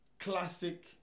classic